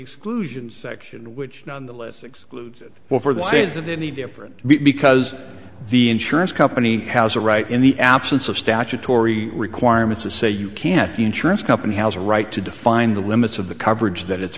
seclusion section which nonetheless excludes it well for the sins of any different because the insurance company has a right in the absence of statutory requirements to say you can't the insurance company has a right to define the limits of the coverage that it's